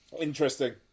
interesting